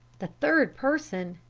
the third person!